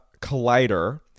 Collider